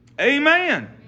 Amen